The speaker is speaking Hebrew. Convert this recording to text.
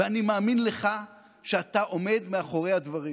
ואני מאמין לך שאתה עומד מאחורי הדברים,